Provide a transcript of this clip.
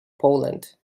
poland